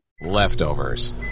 leftovers